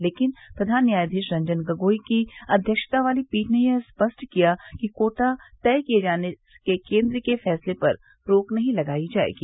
लेकिन प्रधान न्यायाधीश रंजन गगोई की अध्यक्षता वाली पीठ ने यह स्पष्ट किया कि कोटा तय किए जाने के केन्द्र के फैसले पर रोक नहीं लगाई जाएगी